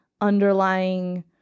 underlying